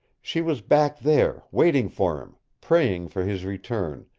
she was back there, waiting for him, praying for his return,